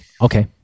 okay